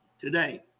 today